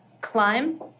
Climb